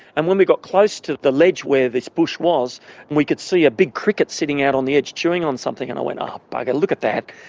and when we got close to the ledge where this bush was and we could see a big cricket sitting out on the edge chewing on something, and i went, oh bugger, look at that,